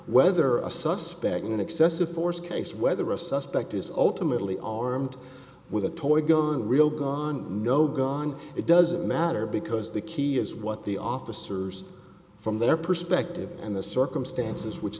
whether a suspect in an excessive force case whether a suspect is ultimately all rimmed with a toy gun real gun no gun it doesn't matter because the key is what the officers from their perspective and the circumstances which